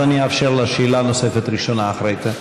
אז אני אאפשר לה שאלה נוספת ראשונה אחרי זה.